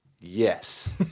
Yes